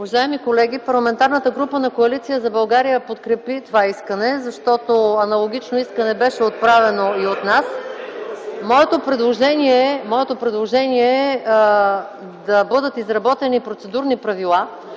Уважаеми колеги! Парламентарната група на Коалиция за България подкрепи това искане, защото аналогично искане беше отправено и от нас. (Възгласи: „Е-е-е!” от ГЕРБ.) Моето предложение е да бъдат изработени процедурни правила,